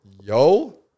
yo